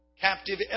captive